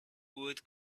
would